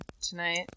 tonight